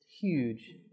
huge